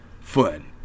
fun